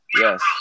Yes